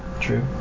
True